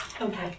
Okay